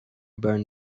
burned